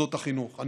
הגילים.